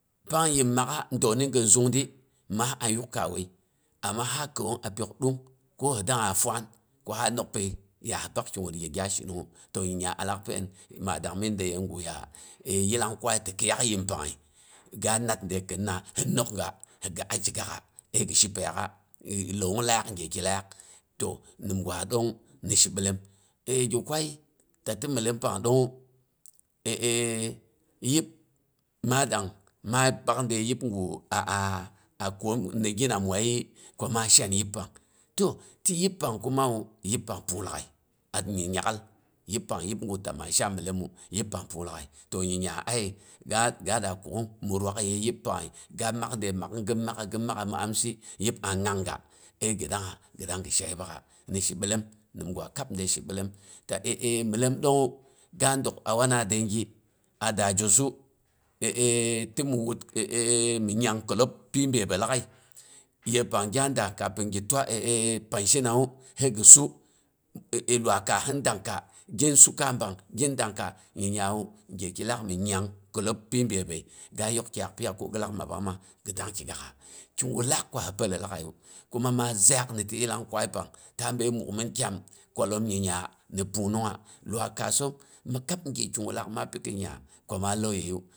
Pang yhim makkha dauni hin zungdi maah an yukka wai, a ma ha kawung a pyok ɗung ko dangah a fuwasn ku nha nokpai ya hi tak ki guh gin gya a shinung tu nya alak pain, ma dangmin de ye guh ya eh yillang kwayi ti kiyak yhi pang hai gya nad de khinna he nookga hi ghi a kigakha ai ghi shi pai yagha e lawung lak ge ki lak. To nim gwa ɗong ni shi ɓellem. E gi kwayi da toi myellem pang ɗong hu yip ma dang ma bak de yip guh aa a koom ne gi namuwa yi i kuma shan yippang to ti yippang kuma wu yippang pung laaghai a hin nya'al yippang yip guh ta ma shawu myellemu yippang pung laaghai. To nyiya ayai, ga ga da kuknm mi ruwakl ye yip panghai ga mak dei makhn ghin makha ghin makha mi amsi yip an dangga ai ghi dangha ghi dang ghi sha yip bakha ni she ɓellim nimgwa kab de she bellim. Ta myellem ɗonghu ga dok a wana dengi a da jossu ti mi wut mi nyang khillob pi byepbei laaghai yeppang gya dang kafin gi twa panshin nawu hai ghi suu, eh luwai kaah hin danka gin suka bang gin danka, nmyiyawu geki lakmi nyang khilob pi byep bai ga yok khyak piya ko ghilak mabbang ma ghi dang kigakha. Ki gub lak ko he pəolai laaghaiyu. Kuma ma zagh ni ti yillang kwayi pang ta bai mukmin kyam. Kwallom nyiya ni pung nungha. Luwai kassom mhi kab ge ki gul laagh ma pi khi nya ku mo lau ye yu.